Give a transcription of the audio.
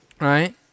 Right